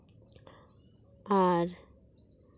ᱟᱨ